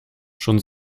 schon